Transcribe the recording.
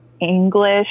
English